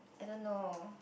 I don't know